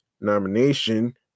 nomination